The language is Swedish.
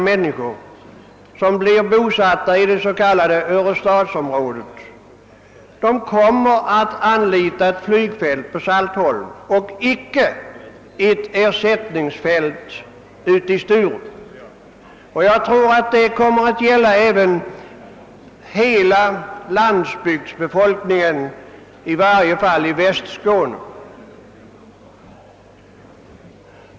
Människorna i det så kallade örestadsområdet kommer med stor säkerhet att anlita ett flygfält på Saltholm och icke ett ersättningsfält i Sturup. Jag tror att detta kommer att gälla även hela landsbygdsbefolkningen, i varje fall i Västskåne.